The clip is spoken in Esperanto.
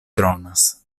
dronas